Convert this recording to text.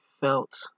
felt